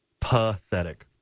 pathetic